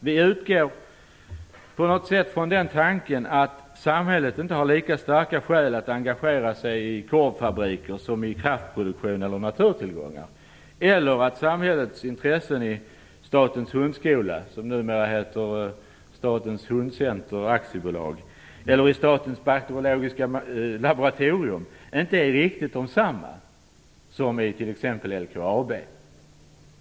Vi utgår från tanken att samhället inte har lika starka skäl att engagera sig i korvfabriker som i kraftproduktion eller naturtillgångar liksom att samhällets intressen i Statens hundskola, numera Sveriges Hundcenter AB, eller i Statens bakteriologiska laboratorium inte är riktigt desamma som i t.ex. LKAB.